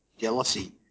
jealousy